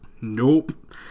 Nope